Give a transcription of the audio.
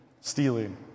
Stealing